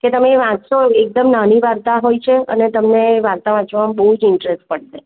કે તમે વાંચસો એકદમ નાની વાર્તા હોય છે અને તમને એ વાર્તા વાંચવામાં બહુ જ ઇન્ટરેસ્ટ પડશે